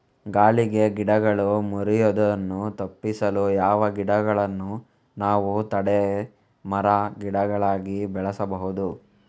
ಗಾಳಿಗೆ ಗಿಡಗಳು ಮುರಿಯುದನ್ನು ತಪಿಸಲು ಯಾವ ಗಿಡಗಳನ್ನು ನಾವು ತಡೆ ಮರ, ಗಿಡಗಳಾಗಿ ಬೆಳಸಬಹುದು?